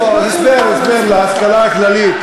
לא, הסבר, הסבר, להשכלה הכללית,